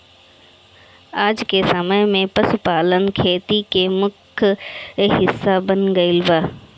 आजके समय में पशुपालन खेती के मुख्य हिस्सा बन गईल बा